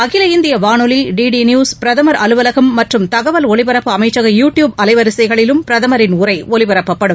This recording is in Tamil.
அகில இந்திய வானொலி டி டி நியூஸ் பிரதமா் அலுவலகம் மற்றும் தகவல் ஒலிபரப்பு அமைச்சக யூ டியூப் அலைவரிசைகளிலும் பிரதமரின் உரை ஒலிபரப்பப்படும்